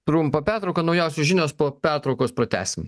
trumpą pertrauką naujausios žinios po pertraukos pratęsim